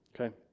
okay